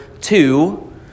two